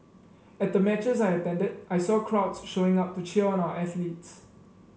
at the matches I attended I saw crowds showing up to cheer on our athletes